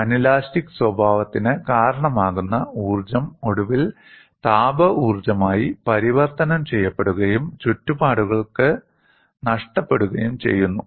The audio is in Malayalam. അനലാസ്റ്റിക് സ്വഭാവത്തിന് കാരണമാകുന്ന ഊർജ്ജം ഒടുവിൽ താപ ഊർജ്ജമായി പരിവർത്തനം ചെയ്യപ്പെടുകയും ചുറ്റുപാടുകൾക്ക് നഷ്ടപ്പെടുകയും ചെയ്യുന്നു